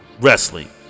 Wrestling